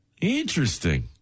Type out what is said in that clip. Interesting